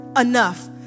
enough